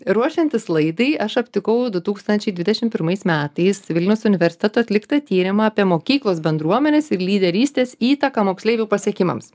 ruošiantis laidai aš aptikau du tūkstančiai dvidešim pirmais metais vilniaus universiteto atliktą tyrimą apie mokyklos bendruomenės ir lyderystės įtaką moksleivių pasiekimams